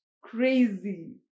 Crazy